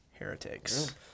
heretics